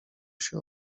się